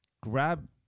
grab